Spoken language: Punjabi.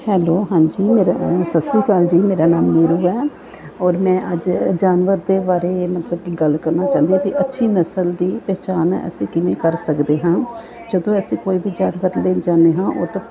ਹੈਲੋ ਹਾਂਜੀ ਮੇਰਾ ਸਤਿ ਸ਼੍ਰੀ ਅਕਾਲ ਜੀ ਮੇਰਾ ਨਾਮ ਨੀਰੂ ਹੈ ਔਰ ਮੈਂ ਅੱਜ ਜਾਨਵਰ ਦੇ ਬਾਰੇ ਮਤਲਬ ਕਿ ਗੱਲ ਕਰਨਾ ਚਾਹੁੰਦੇ ਹਾਂ ਕਿ ਅੱਛੀ ਨਸਲ ਦੀ ਪਹਿਚਾਣ ਅਸੀਂ ਕਿਵੇਂ ਕਰ ਸਕਦੇ ਹਾਂ ਜਦੋਂ ਅਸੀਂ ਕੋਈ ਵੀ ਜਾਨਵਰ ਲੈਣ ਜਾਂਦੇ ਹਾਂ ਉਹ ਤੋਂ